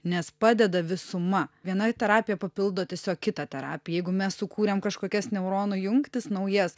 nes padeda visuma viena terapija papildo tiesiog kitą terapiją jeigu mes sukūrėm kažkokias neuronų jungtis naujas